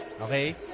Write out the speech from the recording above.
Okay